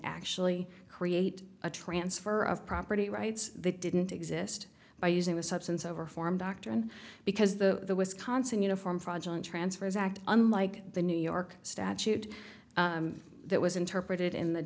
actually create a transfer of property rights that didn't exist by using a substance over form doctrine because the wisconsin uniform fraudulent transfers act unlike the new york statute that was interpreted in the